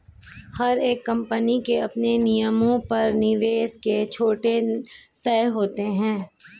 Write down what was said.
हर एक कम्पनी के अपने नियमों पर निवेश के घाटे तय होते हैं